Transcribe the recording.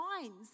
minds